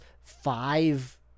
five